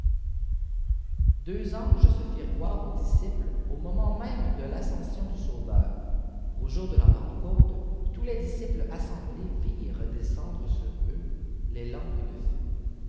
deux anges se firent voir aux disciples au moment même ae l'ascension du sauveur au jour de la pentecôte tous les disciples assemblés virent descendre sur eux des langues de feu